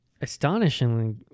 astonishingly